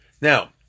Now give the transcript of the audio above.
Now